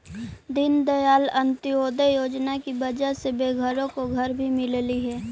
दीनदयाल अंत्योदय योजना की वजह से बेघरों को घर भी मिललई हे